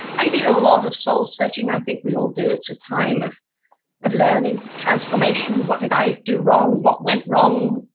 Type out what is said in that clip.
i did a lot of soul-searching. i think we all do it's a time of of learning, transformation, what did i do wrong, what went wrong,